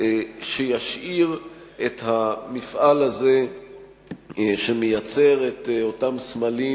שישאיר את המפעל הזה שמייצר את אותם סמלים